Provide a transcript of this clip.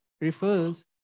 refers